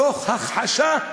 תוך הכחשה,